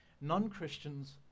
Non-Christians